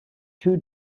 two